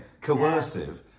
coercive